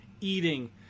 eating